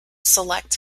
select